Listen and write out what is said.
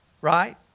right